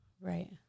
Right